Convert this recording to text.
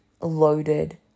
loaded